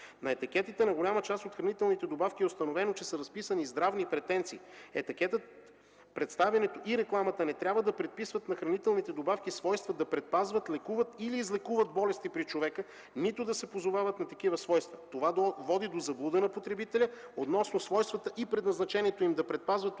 На етикетите на голяма част от хранителните добавки е установено, че са разписани здравни претенции. Етикетът, представянето и рекламата не трябва да преписват на хранителните добавки свойства да предпазват, лекуват или излекуват болести при човека, нито да се позовават на такива свойства. Това води до заблуда на потребителя относно свойствата и предназначението им да предпазват